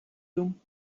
doen